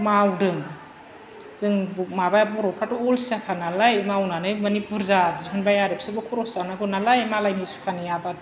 मावदों जों माबा बरफ्राथ' अलसियाखा नालाय मावनानै मानि बुरजा दिहुनबाय आरो बिसोरबो खरस जानांगौ नालाय मालायनि सुखानि आबाद